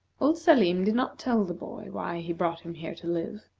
old salim did not tell the boy why he brought him here to live.